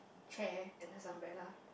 chair and there's umbrella